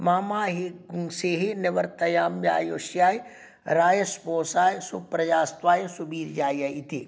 मां मा हिंसीः निवर्त्तयाम्यायुष्याय् रायस्पोषाय सुप्रजास्त्वाय सुवीर्याय इति